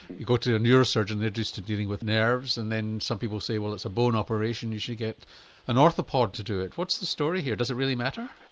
you go to the neurosurgeon they're just used to dealing with nerves'. and then some people say well it's a bone operation you should get an orthopod to do it. what's the story here, does it really matter?